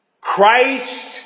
Christ